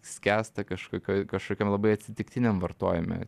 skęsta kažkokioj kažkokiam labai atsitiktiniam vartojime